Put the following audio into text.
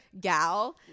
gal